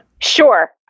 Sure